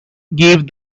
give